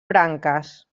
branques